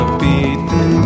beaten